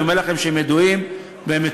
ואני אומר לכם שהם ידועים ומטופלים,